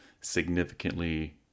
significantly